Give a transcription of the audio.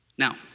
Now